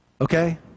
okay